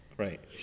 Right